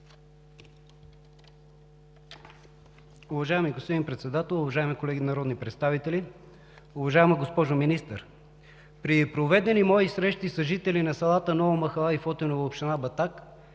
Уважаеми господин Председател, уважаеми колеги народни представители! Уважаема госпожо Министър, при проведени мои срещи с жители на селата Нова махала и Фотиново, община Батак,